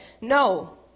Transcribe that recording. No